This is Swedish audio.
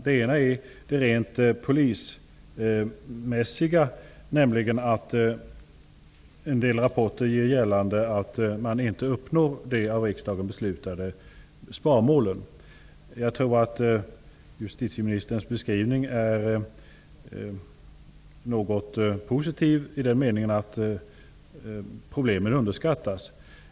Den ena rör det rent polismässiga, nämligen att en del rapporter gör gällande att man inte uppnår de av riksdagen beslutade sparmålen. Jag tror att justitieministerns beskrivning på den punkten är något positiv i den meningen att problemen underskattas.